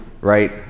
right